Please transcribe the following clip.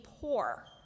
poor